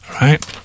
right